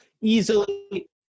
easily